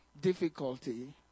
difficulty